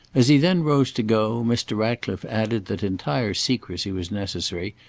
as he then rose to go, mr. ratcliffe added that entire secrecy was necessary,